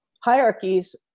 hierarchies